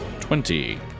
Twenty